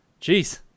Jeez